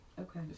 Okay